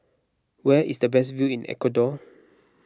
where is the best view in Ecuador